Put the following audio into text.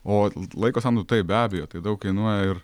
o laiko sąnaudų tai be abejo tai daug kainuoja ir